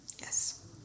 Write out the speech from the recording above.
yes